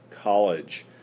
college